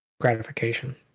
gratification